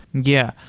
yeah.